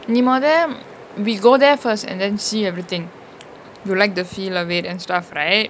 நீ மொத:nee motha we go there first and then see everything you like the feel of it and stuff right